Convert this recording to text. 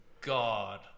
god